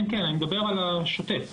אני מדבר על השוטף.